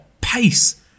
pace